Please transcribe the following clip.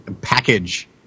package